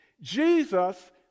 Jesus